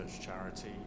charity